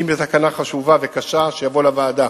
אם זו תקנה חשובה וקשה, שיבוא לוועדה.